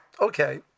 Okay